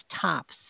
tops